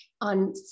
on